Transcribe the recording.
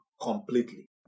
completely